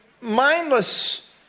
mindless